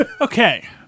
Okay